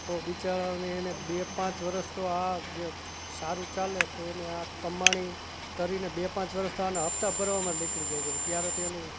તો બિચારાઓને એને બે પાંચ વર્ષ તો આ જ સારું ચાલે તો એને આ કમાણી કરીને બે પાંચ વર્ષ તો આના હપ્તા ભરવામાં જ નીકળી જાય કે ભાઈ ત્યારે તો એનું